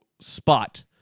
spot